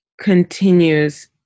continues